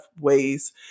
ways